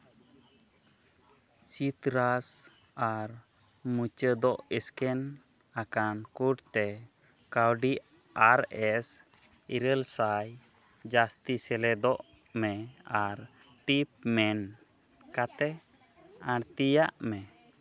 ᱥᱤᱛᱨᱟᱥ ᱟᱨ ᱢᱩᱪᱟᱹᱫᱚᱜ ᱥᱠᱮᱱ ᱟᱠᱟᱱ ᱠᱳᱰ ᱛᱮ ᱠᱟᱹᱣᱰᱤ ᱟᱨ ᱮᱥ ᱤᱨᱟᱹᱞ ᱥᱟᱭ ᱡᱟᱹᱥᱛᱤ ᱥᱮᱞᱮᱫᱚᱜ ᱢᱮ ᱟᱨ ᱴᱤᱢᱮᱢ ᱠᱟᱛᱮ ᱟᱬᱛᱤᱭᱟᱜ ᱢᱮ